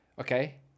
okay